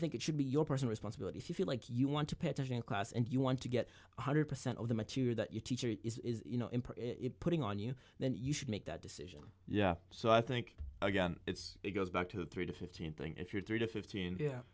think it should be your person responsibility if you feel like you want to pay attention in class and you want to get one hundred percent of the material that your teacher is you know in putting on you then you should make that decision yeah so i think again it's it goes back to the three to fifteen thing if you're three to fifteen yeah